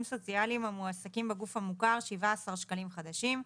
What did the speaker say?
סוציאליים המועסקים בגוף המוכר - 17 שקלים חדשים,